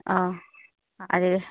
অঁ আৰু